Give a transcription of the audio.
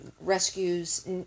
rescues